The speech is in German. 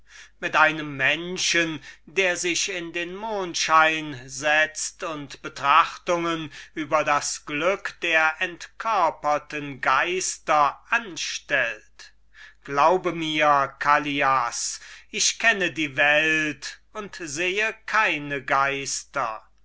mit einem menschen der sich in den mondschein hinsetzt und betrachtungen über das glück der entkörperten geister anstellt glaube mir callias ich kenne die welt und sehe keine geister